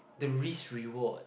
the risk reward